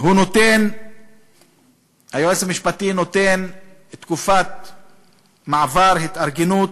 היועץ המשפטי נותן תקופת מעבר, התארגנות,